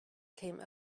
came